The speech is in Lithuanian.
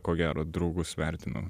ko gero draugus vertinu